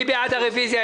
מי בעד הרביזיה?